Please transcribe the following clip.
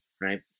right